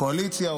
קואליציה,